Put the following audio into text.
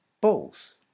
balls